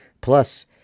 plus